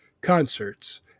concerts